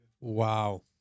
Wow